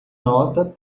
nota